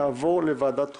יעבור לוועדת חוקה,